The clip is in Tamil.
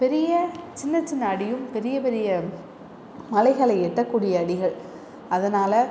பெரிய சின்னச் சின்ன அடியும் பெரிய பெரிய மலைகளை எட்ட கூடிய அடிகள் அதனால்